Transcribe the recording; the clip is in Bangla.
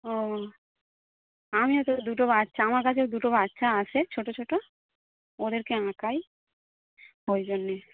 ও আমিও তো দুটো বাচ্চা আমার কাছেও দুটো বাচ্চা আসে ছোটো ছোটো ওদেরকে আঁকাই ওই জন্যে